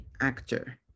actor